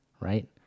right